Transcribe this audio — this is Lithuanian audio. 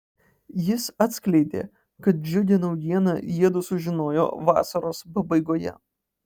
jis atskleidė kad džiugią naujieną jiedu sužinojo vasaros pabaigoje